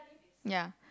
ya